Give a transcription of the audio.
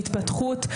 להתפתחות,